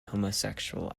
homosexual